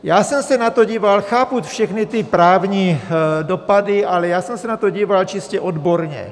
Já jsem se na to díval, chápu všechny ty právní dopady, ale já jsem se na to díval čistě odborně.